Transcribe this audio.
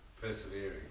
persevering